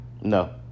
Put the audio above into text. No